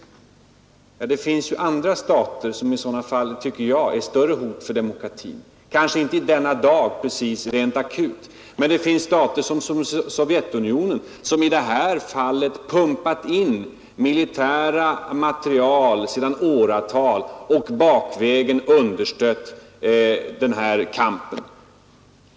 Det finns andra stater som jag tycker är större hot mot demokratin, kanske inte akut precis i denna dag. Men det finns stater som Sovjetunionen, som i det här fallet pumpat in militära materiel sedan åratal och bakvägen understött kampen.